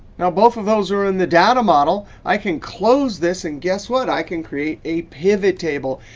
now both of those are in the data model. i can close this. and guess what? i can create a pivot table.